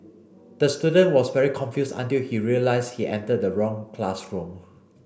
the student was very confused until he realised he entered the wrong classroom